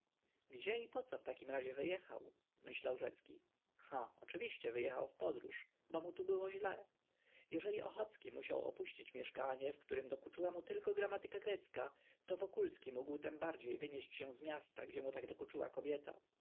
gdzie i poco w takim razie wyjechał myślał rzecki ha oczywiście wyjechał w podróż bo mu tu było źle jeżeli ochocki musiał opuścić mieszkanie w którem dokuczyła mu tylko gramatyka grecka to wokulski mógł tembardziej wynieść się z miasta gdzie mu tak dokuczyła kobieta